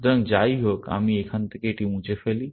সুতরাং যাইহোক আমি এখান থেকে এটি মুছে ফেলি